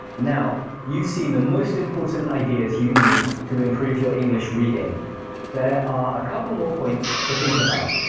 now, you've seen the most important ideas you need to improve your english reading. there are a couple more points to think about.